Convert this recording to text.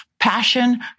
Passion